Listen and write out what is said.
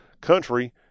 country